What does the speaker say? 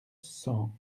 cent